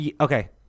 okay